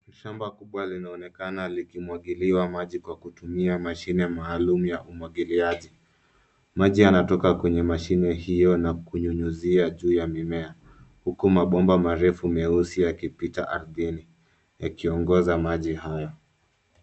Shamba kubwa linaonekana likimwagiliwa maji kwa kutumia mashine maalumu ya umwagiliaji. Maji yanatoka kwenye mashine hio na kunyunyizia juu ya mimea, huku mabomba marefu meusi yakipita ardhini, yakiongoza maji haya.